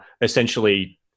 essentially